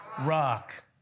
rock